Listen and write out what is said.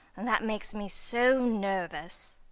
and that makes me so nervous.